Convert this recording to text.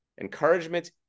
Encouragement